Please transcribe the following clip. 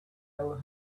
will